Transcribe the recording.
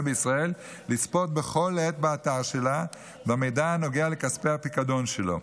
בישראל לצפות בכל עת באתר שלה במידע הנוגע לכספי הפיקדון שלו,